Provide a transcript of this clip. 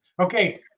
Okay